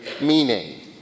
meaning